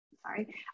sorry